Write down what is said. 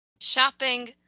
shopping